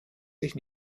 sich